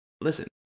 listen